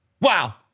Wow